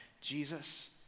Jesus